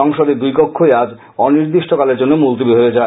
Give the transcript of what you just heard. সংসদের দুই কক্ষই আজ অনির্দিষ্টকালে জন্য মুলতুবি হয়ে যায়